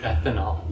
Ethanol